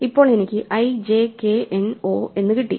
ഇപ്പോൾ എനിക്ക് i j k n o എന്ന് കിട്ടി